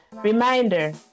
Reminder